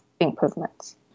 improvements